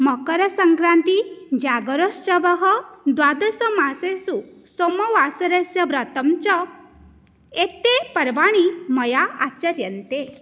मकरसंक्रान्तिः जागरोत्सवः द्वादशमासेषु सोमवासरस्य व्रतं च एते पर्वाणि मया आचर्यन्ते